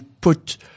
put